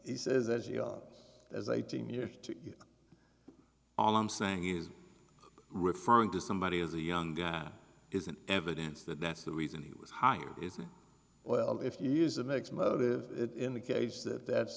he says as young as eighteen years to all i'm saying he's referring to somebody as a young guy isn't evidence that that's the reason he was hired is a well if you use a mix motive in the cage that that's